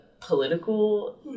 political